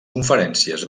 conferències